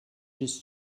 his